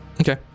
Okay